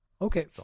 Okay